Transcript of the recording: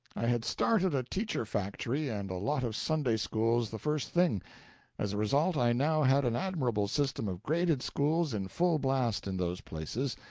i had started a teacher-factory and a lot of sunday-schools the first thing as a result, i now had an admirable system of graded schools in full blast in those places,